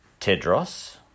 Tedros